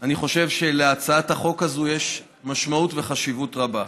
אני חושב שלהצעת החוק הזאת יש משמעות וחשיבות רבה.